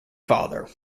father